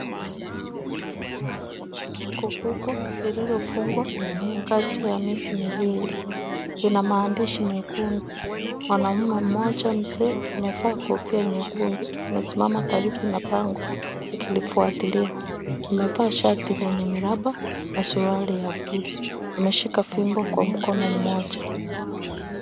Bango kubwa lililofungwa kati ya miti miwili lina maandishi mekundu, mwanamume mmoja mzee amevaa kofia nyekundu amesimama karibu na bango akilifuatilia. Amevaa shati lenye miraba na suruali ya bluu, ameshika fimbo kwa mkono mmoja.